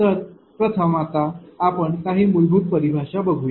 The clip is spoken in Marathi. तर प्रथम आपण काही मूलभूत परिभाषा बघूया